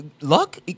luck